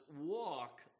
walk